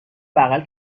بغل